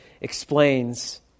explains